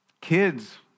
Kids